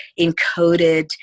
encoded